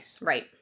Right